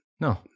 No